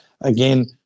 again